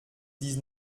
dix